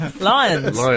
Lions